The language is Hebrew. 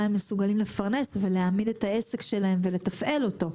מסוגלים לפרנס ולהעמיד את העסק שלהם ולתפעל אותו.